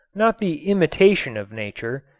not the imitation of nature,